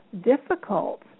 difficult